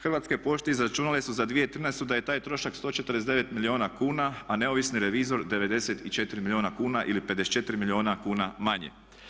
Hrvatske pošte izračunale su za 2013. da je taj trošak 149. milijuna kuna, a neovisni revizor 94 milijuna kuna ili 54 milijuna kuna manje.